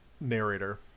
narrator